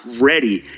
ready